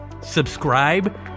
subscribe